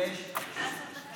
תיגש אליו ותדבר.